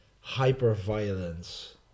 hyper-violence